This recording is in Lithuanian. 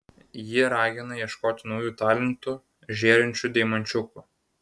ji ragina ieškoti naujų talentų žėrinčių deimančiukų